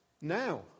Now